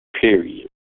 period